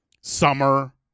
summer